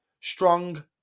strong